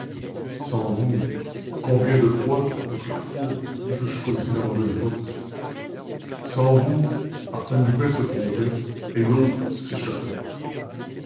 sans vous combien de fois aux carrefours j'eusse choisi la mauvaise route sans vous arsène lupin se trompait et l'autre s'échappait